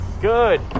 good